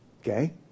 Okay